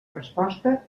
resposta